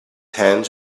hands